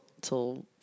till